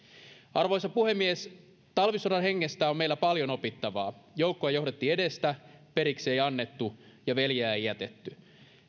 arvoisa puhemies talvisodan hengestä on meillä paljon opittavaa joukkoja johdettiin edestä periksi ei annettu ja veljeä ei jätetty